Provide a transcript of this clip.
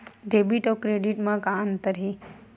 Debit अउ credit म का अंतर हे?